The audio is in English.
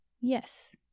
Yes